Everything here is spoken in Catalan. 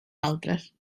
altres